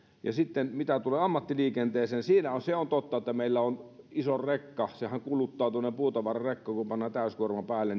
mitä tulee ammattiliikenteeseen se on totta että iso rekkahan tuollainen puutavararekka kun pannaan täyskuorma päälle